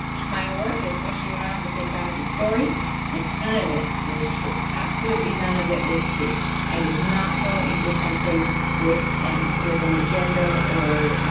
in my work especially around the benghazi story, yeah none of it was true, absolutely none of it was true i did not go into something with an with an agenda, or